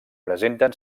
presenten